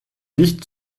dicht